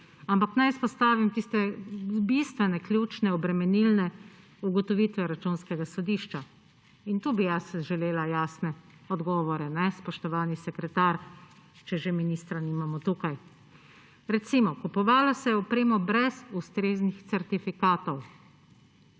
Naj izpostavim tiste bistvene, ključne obremenilne ugotovitve Računskega sodišča. Tu bi jaz želela jasne odgovore, spoštovani sekretar, če že ministra nimamo tukaj. Recimo, kupovala se je oprema brez ustreznih certifikatov.